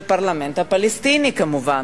בפרלמנט הפלסטיני כמובן.